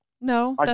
No